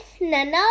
Nana